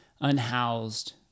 unhoused